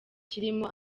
kirimo